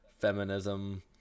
feminism